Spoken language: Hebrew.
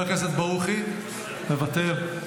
מוותר,